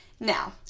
Now